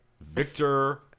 Victor